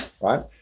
Right